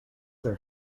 there